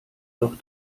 doch